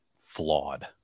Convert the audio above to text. Flawed